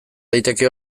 daiteke